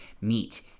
meat